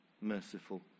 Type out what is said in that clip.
merciful